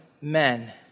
men